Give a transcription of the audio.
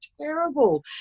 terrible